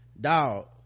Dog